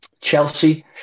Chelsea